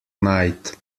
night